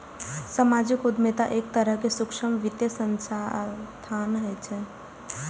सामाजिक उद्यमिता एक तरहक सूक्ष्म वित्तीय संस्थान होइ छै